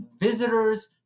visitors